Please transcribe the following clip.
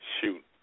shoot